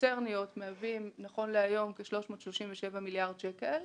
הקונצרניות מהווה היום כ-337 מיליארד שקל.